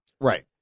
right